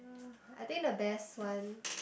I think the best ones